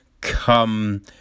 come